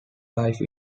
life